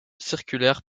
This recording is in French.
circulaire